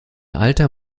alter